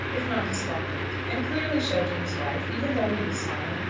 if not despondent, and clearly showed to his wife, even though he was silent,